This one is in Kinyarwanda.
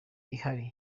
ihari